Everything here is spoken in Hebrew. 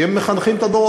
כי הם מחנכים את הדורות.